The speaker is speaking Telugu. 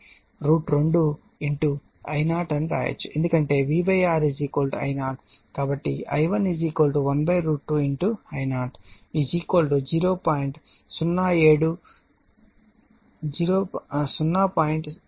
కాబట్టి I1 12I0 0